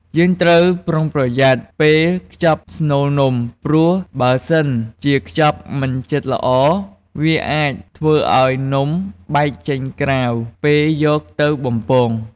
យើងត្រូវប្រុងប្រយ័ត្នពេលខ្ចប់ស្នូលនំ ព្រោះបើសិនជាខ្ចប់មិនជិតល្អ វាអាចធ្វើឱ្យនំបែកចេញក្រៅពេលយកទៅបំពង។